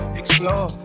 explore